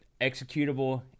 executable